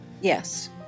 Yes